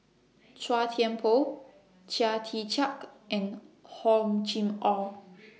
Chua Tian Poh Chia Tee Chiak and Hor Chim Or